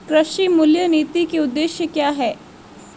कृषि मूल्य नीति के उद्देश्य क्या है?